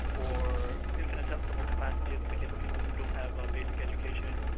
or infinitesimal capacity as in the case of people who don't have basic education,